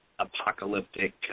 apocalyptic